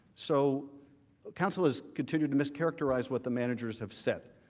so counsel has continued to mischaracterize what the managers have said.